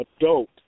adult